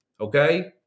okay